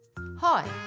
hi